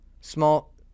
Small